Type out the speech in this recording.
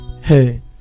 hey